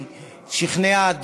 שכנעה,